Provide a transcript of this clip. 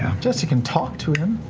um jester can talk to him.